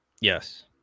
Yes